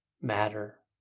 matter